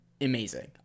amazing